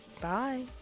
bye